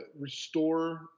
restore